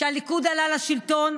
כשהליכוד עלה לשלטון,